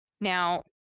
Now